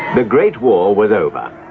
the great war was over.